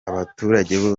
abaturage